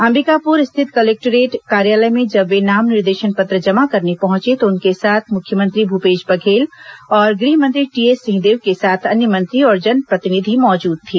अंबिकापूर स्थित कलेक्टोरेट कार्यालय में जब वे नाम निर्देशन पत्र जमा करने पहंचे तो उनके साथ मुख्यमंत्री भूपेश बघेल और गृह मंत्री टीएस सिंहदेव के साथ अन्य मंत्री और जनप्रतिनिधि मौजूद थे